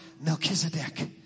Melchizedek